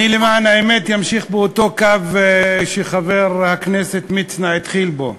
למען האמת אני אמשיך באותו קו שחבר הכנסת מצנע התחיל בו.